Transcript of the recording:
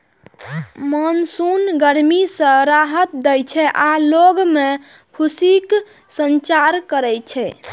monsoon गर्मी सं राहत दै छै आ लोग मे खुशीक संचार करै छै